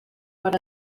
per